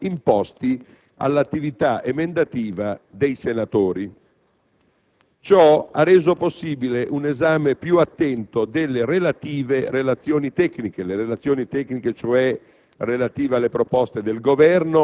e nei limiti temporali imposti all'attività emendativa dei senatori. Ciò ha reso possibile un esame più attento delle relazioni tecniche relative alle